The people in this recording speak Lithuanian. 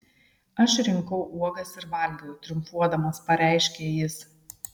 aš rinkau uogas ir valgiau triumfuodamas pareiškė jis